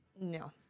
No